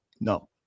No